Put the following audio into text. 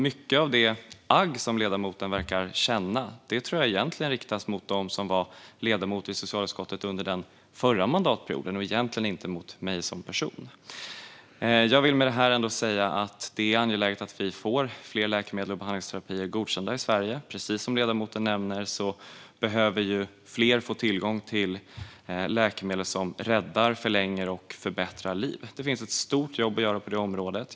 Mycket av det agg som ledamoten verkar känna tror jag egentligen riktas mot dem som var ledamöter i socialutskottet under förra mandatperioden och inte mot mig som person. Jag vill med detta ändå säga att det är angeläget att vi får fler läkemedel och behandlingsterapier godkända i Sverige. Precis som ledamoten nämner behöver fler få tillgång till läkemedel som räddar, förlänger och förbättrar liv. Det finns ett stort jobb att göra på området.